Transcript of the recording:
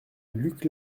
luc